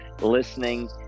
listening